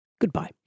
goodbye